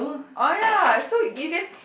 oh ya so you guys